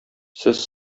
сез